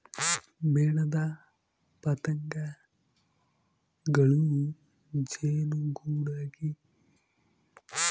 ಮೇಣದ ಪತಂಗಗಳೂ ಜೇನುಗೂಡುಗೆ ಮುತ್ತಿ ಜೇನುನೊಣಗಳ ರೋಗಕ್ಕೆ ಕರಣವಾಗ್ತವೆ ಬೆಳೆಗಳಿಂದ ನಿಯಂತ್ರಿಸ್ತರ